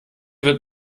wird